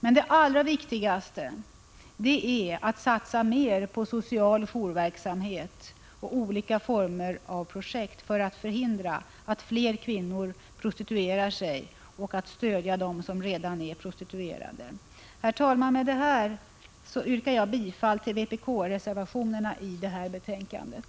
Men det allra viktigaste är att satsa mer på social jourverksamhet och på olika former av projekt för att förhindra att fler kvinnor prostituerar sig och för att stödja dem som redan dragits in i prostitution. Herr talman! Med detta yrkar jag bifall till vpk-reservationerna vid betänkandet.